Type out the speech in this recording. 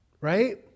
right